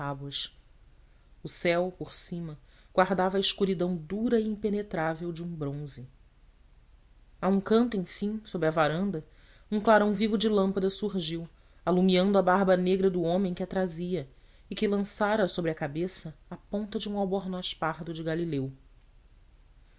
o céu por cima guardava a escuridão dura e impenetrável de um bronze a um canto enfim sob a varanda um clarão vivo de lâmpada surgiu alumiando a barba negra do homem que a trazia e que lançara sobre a cabeça a ponta de um albornoz pardo de galileu